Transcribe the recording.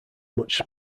much